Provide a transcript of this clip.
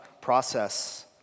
process